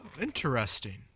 Interesting